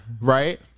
right